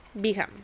Become